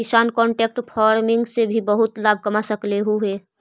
किसान contract farming से भी बहुत लाभ कमा सकलहुं हे